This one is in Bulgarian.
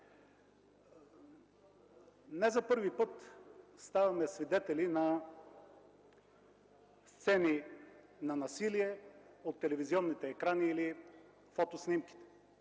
Не за първи път ставаме свидетели на сцени на насилие от телевизионните екрани или фотоснимки.